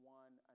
one